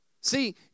See